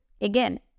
again